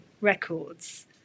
records